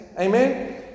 Amen